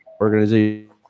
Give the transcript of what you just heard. organization